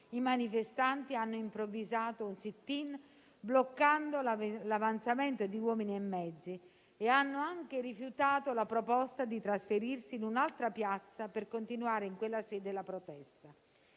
i manifestanti hanno improvvisato un *sit-in*, bloccando l'avanzamento di uomini e mezzi e hanno anche rifiutato la proposta di trasferirsi in un'altra piazza per continuare in quella sede la protesta.